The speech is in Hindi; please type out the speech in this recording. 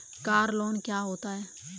कार लोन क्या होता है?